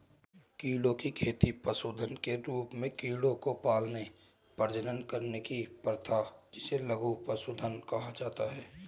कीड़ों की खेती पशुधन के रूप में कीड़ों को पालने, प्रजनन करने की प्रथा जिसे लघु पशुधन कहा जाता है